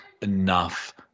enough